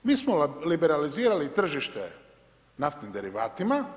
Mi smo liberalizirali tržište naftnim derivatima.